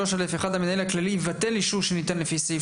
3(א)(1) "המנהל הכללי יבטל אישור שניתן לפי סעיף